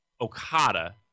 Okada